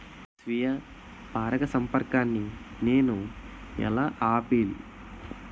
స్వీయ పరాగసంపర్కాన్ని నేను ఎలా ఆపిల్?